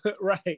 Right